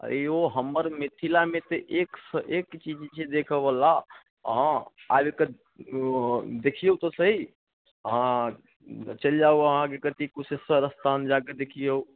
आँय यौ हमर मिथिलामे तऽ एक से एक चीज छै देखऽ बला हँ आबिके देखिऔ तऽ सही हँ चलि जाउ अहाँकेँ कथी कुशेश्वर स्थान जाके देखिऔ